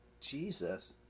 Jesus